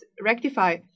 rectify